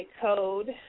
code